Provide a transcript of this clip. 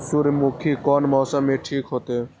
सूर्यमुखी कोन मौसम में ठीक होते?